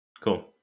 Cool